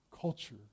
culture